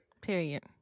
Period